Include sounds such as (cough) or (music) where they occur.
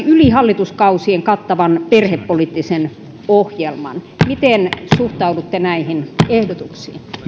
(unintelligible) yli hallituskausien kattavan perhepoliittisen ohjelman miten suhtaudutte näihin ehdotuksiin